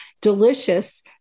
Delicious